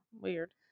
weird